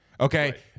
Okay